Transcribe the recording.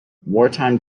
wartime